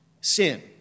sin